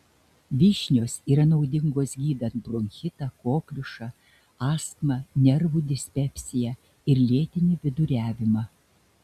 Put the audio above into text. vyšnios yra naudingos gydant bronchitą kokliušą astmą nervų dispepsiją ir lėtinį viduriavimą